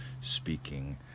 speaking